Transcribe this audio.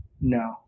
No